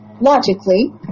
logically